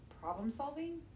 problem-solving